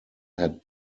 had